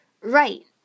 Right